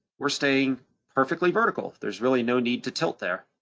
we're staying perfectly vertical. there's really no need to tilt there.